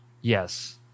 yes